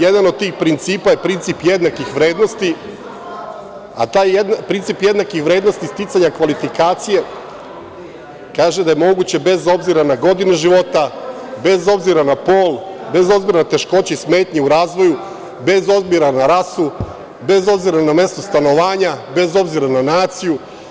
Jedan od tih principa je princip jednakih vrednosti, a taj princip jednakih vrednosti sticanja kvalifikacija kaže da je moguće bez obzira na godine života, bez obzira na pol, bez obzira na teškoće i smetnje u razvoju, bez obzira na rasu, bez obzira na mesto stanovanja, bez obzira na naciju…